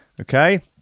Okay